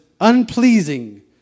unpleasing